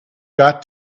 got